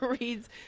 reads